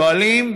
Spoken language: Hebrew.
שואלים: